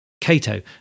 Cato